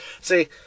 See